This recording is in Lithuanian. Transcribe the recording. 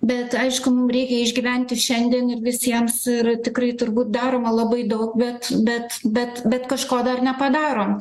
bet aišku mum reikia išgyvent ir šiandien ir visiems ir tikrai turbūt daroma labai daug bet bet bet bet kažko dar nepadarom